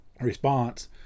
response